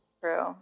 True